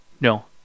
No